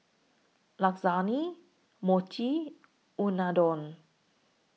Lasagne Mochi Unadon